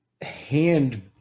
hand